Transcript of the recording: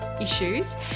issues